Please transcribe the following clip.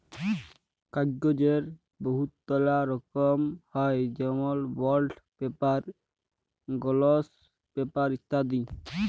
কাগ্যজের বহুতলা রকম হ্যয় যেমল বল্ড পেপার, গলস পেপার ইত্যাদি